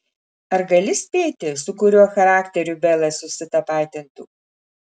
ar gali spėti su kuriuo charakteriu bela susitapatintų